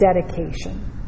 dedication